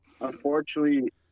unfortunately